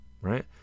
right